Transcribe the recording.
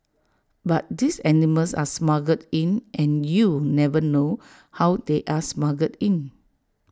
but these animals are smuggled in and you never know how they are smuggled in